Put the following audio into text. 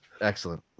Excellent